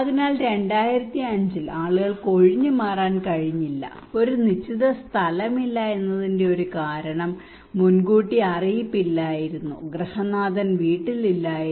അതിനാൽ 2005 ൽ ആളുകൾക്ക് ഒഴിഞ്ഞുമാറാൻ കഴിഞ്ഞില്ല ഒരു നിശ്ചിത സ്ഥലമില്ല എന്നതിന്റെ ഒരു കാരണം മുൻകൂട്ടി മുന്നറിയിപ്പ് ഇല്ലായിരുന്നു ഗൃഹനാഥൻ വീട്ടിൽ ഇല്ലായിരുന്നു